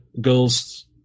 girls